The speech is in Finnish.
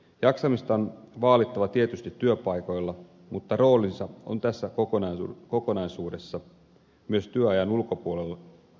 jaksamista on vaalittava tietysti työpaikoilla mutta roolinsa on tässä kokonaisuudessa myös työajan ulkopuolisella ajalla